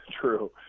true